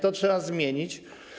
To trzeba zmienić.